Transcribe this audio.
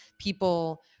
people